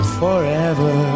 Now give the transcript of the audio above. forever